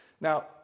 Now